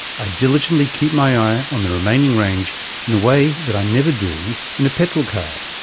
i diligently keep my eye on the remaining range in a way that i never do in a petrol car.